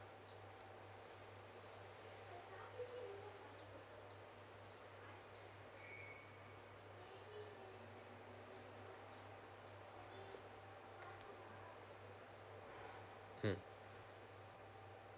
mm